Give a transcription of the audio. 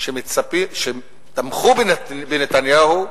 שתמכו בנתניהו,